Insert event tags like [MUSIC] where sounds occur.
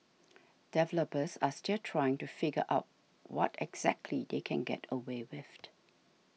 developers are still trying to figure out what exactly they can get away with [NOISE]